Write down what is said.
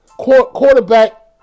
quarterback